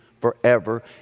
forever